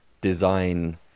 design